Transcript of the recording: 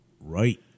Right